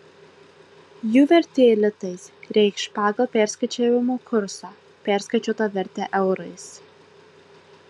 jų vertė litais reikš pagal perskaičiavimo kursą perskaičiuotą vertę eurais